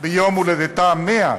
ביום הולדתה ה-100,